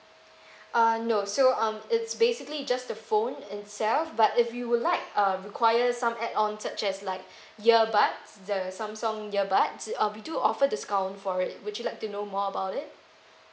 uh no so um it's basically just the phone itself but if you would like uh require some add on such as like earbuds the samsung earbuds uh we do offer discount for it would you like to know more about it